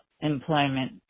employment